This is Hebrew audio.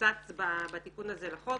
שצץ בתיקון הזה לחוק.